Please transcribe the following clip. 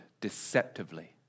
deceptively